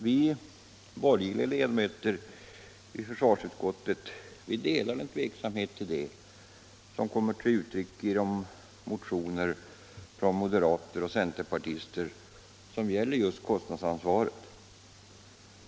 Vi borgerliga ledamöter i försvarsutskottet delar den tveksamhet som kommer till uttryck i motioner från moderater och centerpartister när det gäller just kostnadsansvaret.